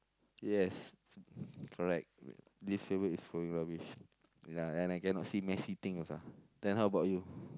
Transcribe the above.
yes correct least favourite is throwing rubbish ya and I cannot see messy things ah then how about you